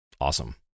awesome